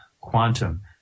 quantum